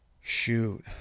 shoot